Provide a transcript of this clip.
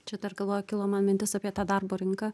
čia dar galvoj kilo mintis apie tą darbo rinką